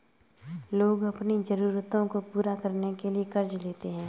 लोग अपनी ज़रूरतों को पूरा करने के लिए क़र्ज़ लेते है